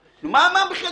וממני?